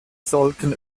sollten